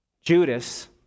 Judas